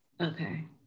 Okay